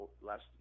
last